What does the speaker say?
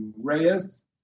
Reyes